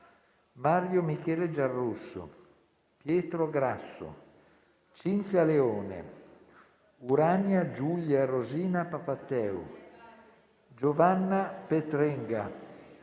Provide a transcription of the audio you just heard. Mario Michele Giarrusso, Pietro Grasso, Cinzia Leone, Urania Giulia Rosina Papatheu, Giovanna Petrenga,